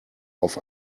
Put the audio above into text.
auf